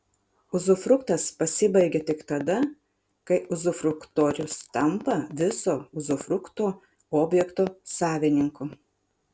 uzufruktas pasibaigia tik tada kai uzufruktorius tampa viso uzufrukto objekto savininku